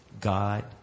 God